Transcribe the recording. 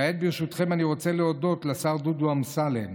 כעת, ברשותכם, אני רוצה להודות לשר דודו אמסלם,